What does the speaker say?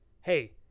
Hey